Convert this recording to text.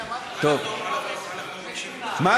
הגנתי אליך, אדוני.